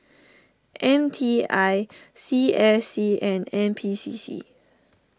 M T I C S C and N P C C